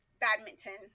badminton